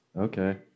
Okay